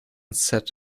set